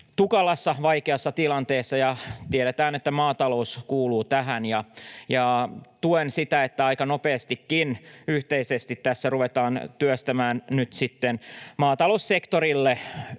vaikeassa, tilanteessa, ja tiedetään, että maatalous kuuluu näihin. Tuen sitä, että aika nopeastikin yhteisesti tässä ruvetaan työstämään nyt sitten maataloussektorille